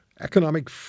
Economic